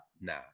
Nah